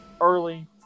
early